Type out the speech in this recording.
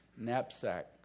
Knapsack